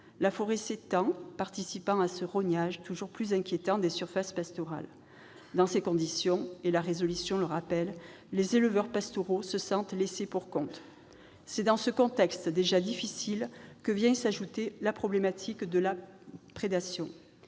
La forêt s'étend, participant à ce rognage toujours plus inquiétant des surfaces pastorales. Dans ces conditions, et la résolution le rappelle, les éleveurs pastoraux se sentent laissés pour compte. C'est dans ce contexte déjà difficile que vient s'ajouter la problématique de la prédation.